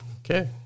Okay